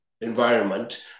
environment